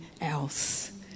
else